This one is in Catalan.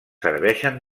serveixen